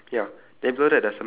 or or or or bird